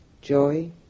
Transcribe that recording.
joy